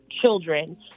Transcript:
children